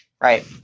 right